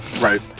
Right